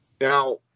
now